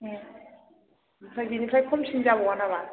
ए ओमफ्राय बिनिफ्राय खमसिन जाबावा नामा